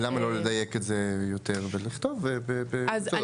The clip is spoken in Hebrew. ולמה לא לדייק את זה יותר ולכתוב במקטע.